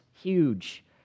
Huge